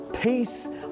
peace